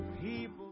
people